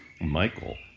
Michael